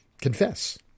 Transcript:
confess